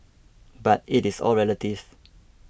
but it is all relative